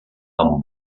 amb